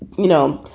you know,